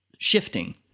Shifting